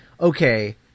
okay